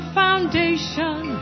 foundation